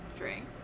drink